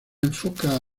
enfoca